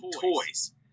toys